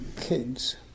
kids